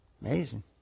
Amazing